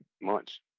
months